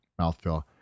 Mouthfeel